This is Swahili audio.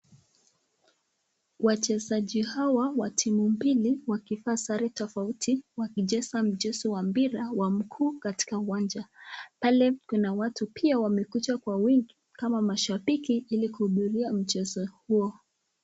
Wachezaji hawa wa timu mbili wakivaa sare tofauti wakicheza mchezo wa mpira wa mguu katika uwanja, pale kuna watu pia wamekuja kwa wingi kama mashabiki ili kuhudhuria mchezo huo.